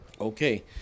Okay